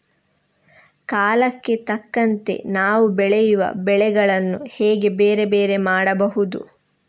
ಕಾಲಕ್ಕೆ ತಕ್ಕಂತೆ ನಾವು ಬೆಳೆಯುವ ಬೆಳೆಗಳನ್ನು ಹೇಗೆ ಬೇರೆ ಬೇರೆ ಮಾಡಬಹುದು?